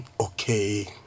okay